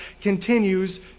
continues